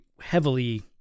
heavily